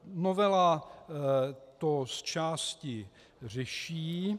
Novela to zčásti řeší.